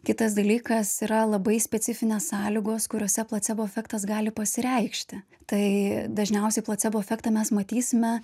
kitas dalykas yra labai specifinės sąlygos kuriose placebo efektas gali pasireikšti tai dažniausiai placebo efektą mes matysime